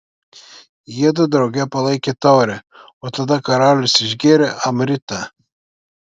jiedu drauge palaikė taurę o tada karalius išgėrė amritą